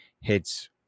hits